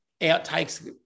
outtakes